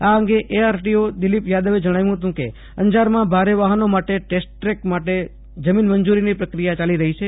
આ અંગે બચતફ દિલીપ થાદવે જણાવ્યું હતું કે અંજારમાં ભારે વાહનોના ટેસ્ટ ટ્રેક માટે જમીન મંજૂરીની પ્રકિયા ચાલી રહી છે